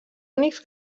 únics